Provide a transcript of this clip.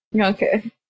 okay